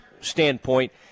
standpoint